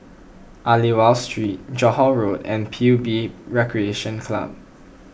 Aliwal Street Johore Road and P U B Recreation Club